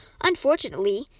Unfortunately